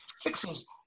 fixes